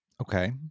Okay